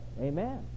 amen